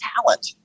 talent